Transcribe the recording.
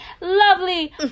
lovely